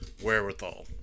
wherewithal